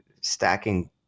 stacking